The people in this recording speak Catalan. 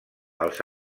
als